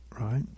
right